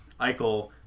Eichel